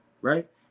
Right